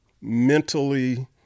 mentally